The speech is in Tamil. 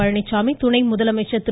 பழனிச்சாமி துணை முதலமைச்சர் திரு